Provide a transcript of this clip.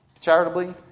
charitably